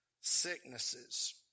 sicknesses